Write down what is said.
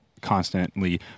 constantly